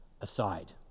aside